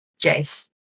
Jace